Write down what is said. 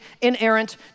inerrant